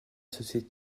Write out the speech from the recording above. société